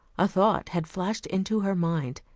a thought had flashed into her mind,